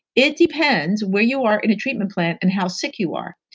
it depends where you are in a treatment plan and how sick you are.